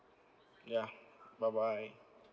ya bye bye